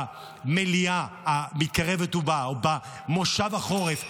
במליאה המתקרבת ובאה או במושב החורף,